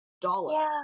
dollar